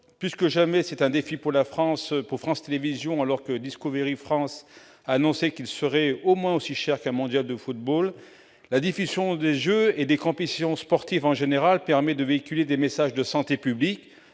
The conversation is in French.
Plus que jamais, c'est un défi pour la France, pour France Télévisions, alors que Discovery France a annoncé que ces droits seraient au moins aussi chers que pour un Mondial de football. La diffusion des Jeux, des compétitions sportives en général, permet de véhiculer des messages de santé publique.